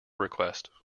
request